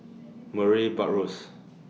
Murray Buttrose